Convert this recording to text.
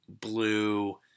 blue